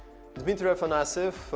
dmitriy afanasyev,